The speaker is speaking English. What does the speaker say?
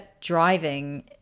driving